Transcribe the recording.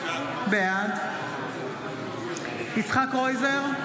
בעד יצחק קרויזר,